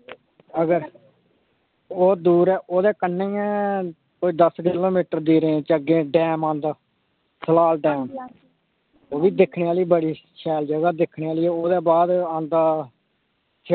ओह् थोह्ड़ा दूर ऐ तुसें आखेया सत्तर किलोमीटर ऐ हांजी हांजी